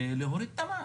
להוריד את המס.